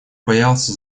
боялся